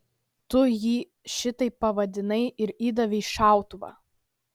tu jį šitaip pavadinai ir įdavei šautuvą